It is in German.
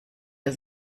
der